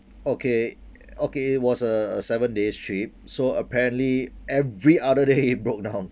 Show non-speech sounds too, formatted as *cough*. okay okay it was a a seven days trip so apparently every other day *laughs* it broke down